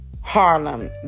Harlem